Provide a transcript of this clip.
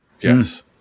Yes